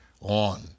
on